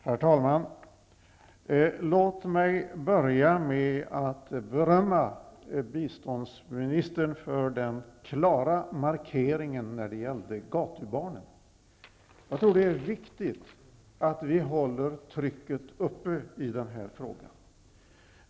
Herr talman! Låt mig börja med att berömma biståndsministern för den klara markeringen när det gäller gatubarnen. Det är viktigt att vi håller trycket uppe i den här frågan.